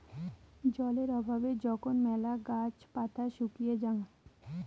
জলের অভাবে যখন মেলা গাছ পাতা শুকিয়ে যায়ং